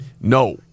No